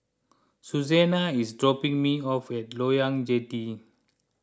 Susanna is dropping me off at Loyang Jetty